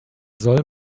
soll